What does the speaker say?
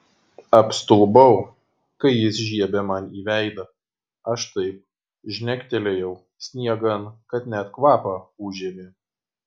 apstulbau kai jis žiebė man į veidą aš taip žnektelėjau sniegan kad net kvapą užėmė